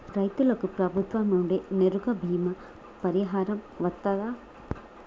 రైతులకు ప్రభుత్వం నుండి నేరుగా బీమా పరిహారం వత్తదా?